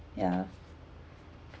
ya